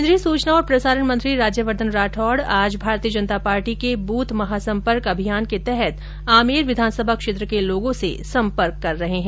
केन्द्रीय सूचना और प्रसारण मंत्री राज्यवर्द्वन राठौड़ आज भारतीय जनता पार्टी के ब्थ महासंपर्क अभियान के तहत आमेर विधानसभा क्षेत्र के लोगों से संपर्क कर रहे है